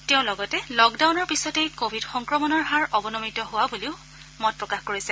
তেওঁ লগতে লকডাউনৰ পিছতেই কোৱিড সংক্ৰমণৰ হাৰ অৱনমিত হোৱা বুলিও মত প্ৰকাশ কৰিছে